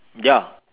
ya